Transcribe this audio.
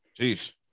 Jeez